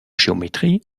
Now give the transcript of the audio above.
géométrie